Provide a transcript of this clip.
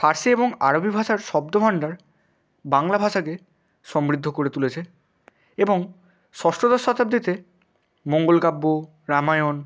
ফার্সি এবং আরবি ভাষার শব্দভাণ্ডার বাংলা ভাষাকে সমৃদ্ধ করে তুলেছে এবং ষষ্ঠদশ শতাব্দীতে মঙ্গলকাব্য রামায়ণ